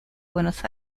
buenos